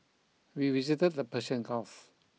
we visited the Persian Gulf